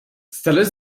stellen